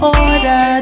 order